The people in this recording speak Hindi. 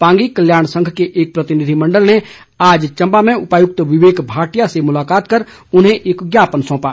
पांगी कल्याण संघ के एक प्रतिनिधिमंडल ने आज चम्बा में उपायुक्त विवेक भाटिया से मुलाकात कर उन्हें एक ज्ञापन सौंपा